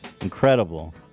incredible